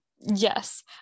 yes